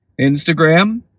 Instagram